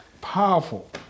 Powerful